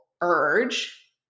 urge